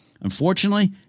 unfortunately